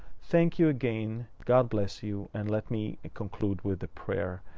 thank you again. god bless you. and let me conclude with the prayer.